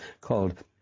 called